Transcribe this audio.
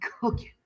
cooking